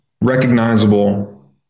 recognizable